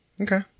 Okay